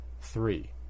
three